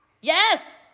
Yes